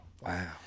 Wow